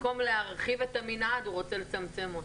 במקום להרחיב את המנעד, הוא רוצה לצמצם אותו.